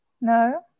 No